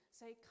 say